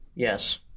Yes